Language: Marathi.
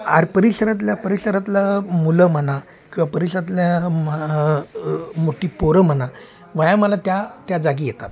आर परिसरातल्या परिसरातलं मुलं म्हणा किंवा परिसातल्या मोठी पोरं म्हणा व्यायामाला त्या त्या जागी येतात